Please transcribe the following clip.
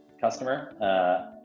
customer